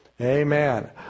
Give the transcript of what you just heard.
Amen